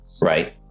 Right